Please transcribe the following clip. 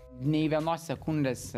nei vienos sekundės